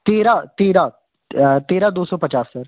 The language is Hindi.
तेरह तेरह तेरह दो सौ पचास सर